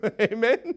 Amen